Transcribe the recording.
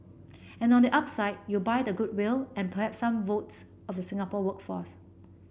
and on the upside you buy the goodwill and perhaps some votes of the Singapore workforce